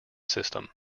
system